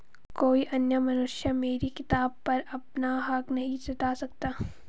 कोई अन्य मनुष्य मेरी किताब पर अपना हक नहीं जता सकता